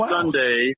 Sunday